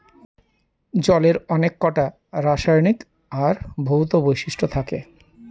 জলের অনেককটা রাসায়নিক আর ভৌত বৈশিষ্ট্য থাকে